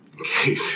okay